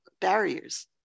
barriers